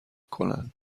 کنند